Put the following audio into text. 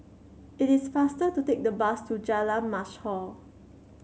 it is faster to take the bus to Jalan Mashhor